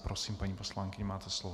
Prosím, paní poslankyně, máte slovo.